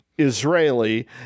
israeli